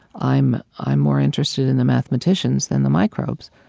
i'm i'm more interested in the mathematicians than the microbes.